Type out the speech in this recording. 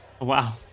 wow